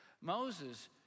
Moses